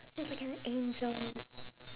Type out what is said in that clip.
she's like an angel